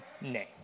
name